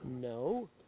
No